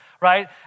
Right